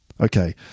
Okay